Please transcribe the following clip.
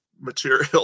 material